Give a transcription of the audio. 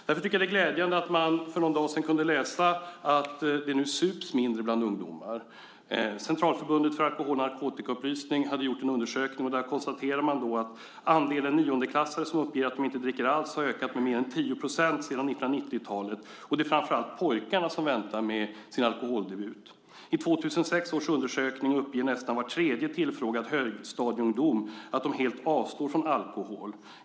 Därför var det glädjande när man för någon dag sedan kunde läsa att det nu sups mindre bland ungdomar. Centralförbundet för alkohol och narkotikaupplysning hade gjort en undersökning där man konstaterade att andelen niondeklassare som uppger att de inte dricker alls har ökat med mer än 10 % sedan 1990-talet. Framför allt är det pojkarna som väntar med sin alkoholdebut. I 2006 års undersökning uppger nästan var tredje tillfrågad högstadieelev att de helt avstår från alkohol.